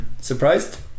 surprised